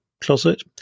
closet